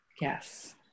Yes